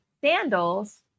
sandals